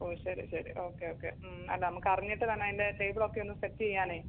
ഓ ശരി ശരി okay okay അല്ല നമുക്ക് അറിഞ്ഞിട്ട് തന്നെ അതിൻ്റെ ടേബിൾ ഒക്കെ ഒന്ന് സെറ്റ് ചെയ്യാനേ